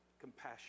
Compassion